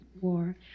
war